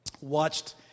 watched